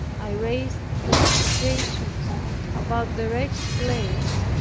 i raised fortifications about the wretched place,